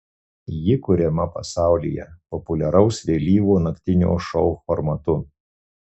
ji kuriama pasaulyje populiaraus vėlyvo naktinio šou formatu